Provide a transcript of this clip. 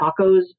tacos